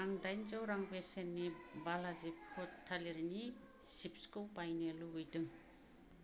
आं दाइनजौ रां बेसेननि बालाजि फुद थालिरनि चिप्सखौ बायनो लुबैदों